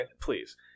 Please